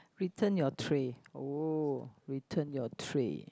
return your tray oh return your tray